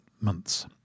months